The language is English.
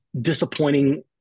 disappointing –